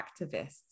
activists